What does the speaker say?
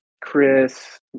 Chris